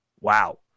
Wow